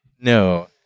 No